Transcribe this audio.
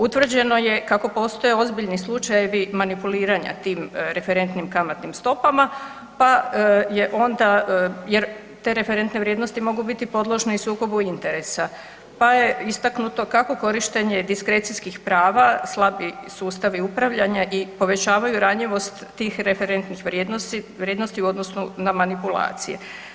Utvrđeno je kako postoje ozbiljni slučajevi manipuliranja tim referentnim kamatnim stopama pa je onda jer te referentne vrijednosti mogu biti podložen i sukobu interesa, pa je istaknuto kako korištenje diskrecijskih prava, slabi sustav upravljanja i povećavaju ranjivost tih referentnih vrijednosti u odnosu na manipulacije.